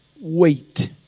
wait